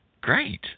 great